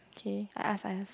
k I ask I ask